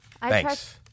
Thanks